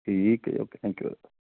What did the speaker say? ਠੀਕ ਹੈ okay thank you